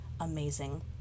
amazing